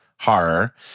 horror